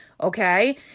okay